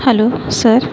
hello sir